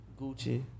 gucci